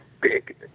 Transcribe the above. Big